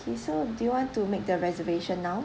okay so do you want to make their reservation now